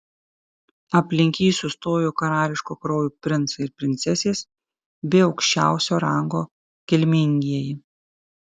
aplink jį sustojo karališko kraujo princai ir princesės bei aukščiausio rango kilmingieji